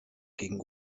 gegen